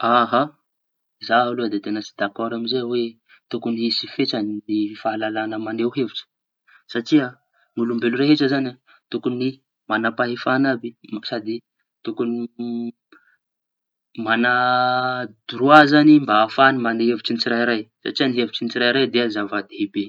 Aha za aloha da teña tsy dakôro amy izay hoe tokoñy misy fetrañy ny fahalalahaña mañeho hevitra. Satria ny olombelo rehetra zañy tokoñy mañam-pahefaña àby. Da maña droa zañy mba ahafahañy mañeho hevitry ny tsirairay satria ny hevitry ny tsirairay dia zava-dehibe.